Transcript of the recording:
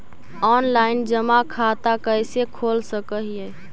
Online जमा खाता कैसे खोल सक हिय?